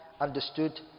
understood